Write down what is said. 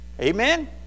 Amen